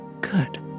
Good